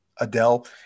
Adele